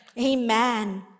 Amen